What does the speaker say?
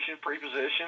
pre-position